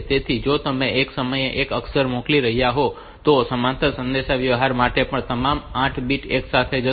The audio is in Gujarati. તેથી જો તમે એક સમયે એક અક્ષર મોકલી રહ્યાં હોવ તો સમાંતર સંદેશાવ્યવહાર માટે પણ તમામ 8 બિટ્સ એકસાથે જશે